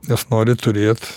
nes nori turėt